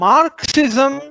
Marxism